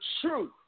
truth